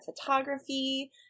photography